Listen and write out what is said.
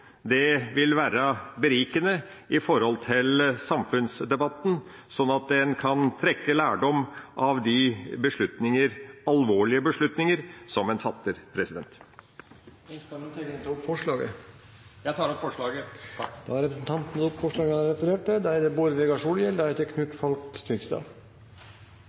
Det vil være berikende for samfunnsdebatten, sånn at en kan trekke lærdom av de beslutninger – alvorlige beslutninger – som en fatter. Ønsker Lundteigen å ta opp forslaget? Jeg tar opp forslaget. Da har representanten Per Olaf Lundteigen tatt opp forslaget fra mindretallet. Denne innstillinga inneheld ein ganske lang gjennomgang, som er